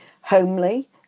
homely